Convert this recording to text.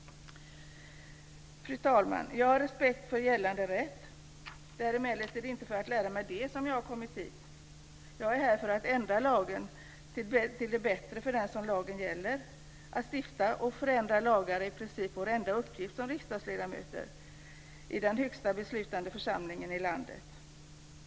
Fru talman! Jag har respekt för gällande rätt. Det är emellertid inte för att lära mig det som jag har kommit hit. Jag ju här för att för att ändra lagen till det bättre för dem som lagen gäller. Att stifta och förändra lagar är i princip vår enda uppgift som riksdagsledamöter i den högsta beslutande församlingen i landet.